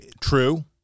true